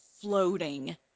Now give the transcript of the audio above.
floating